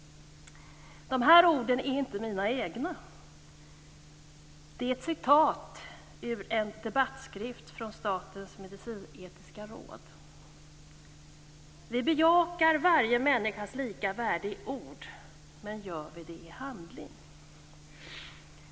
De här orden är inte mina egna. De är citerade ur en debattskrift från Statens medicinsk-etiska råd. Vi bejakar varje människas lika värde i ord. Men gör vi det i handling?